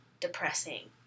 depressing